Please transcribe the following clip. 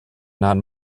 not